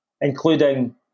including